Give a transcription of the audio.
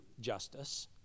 justice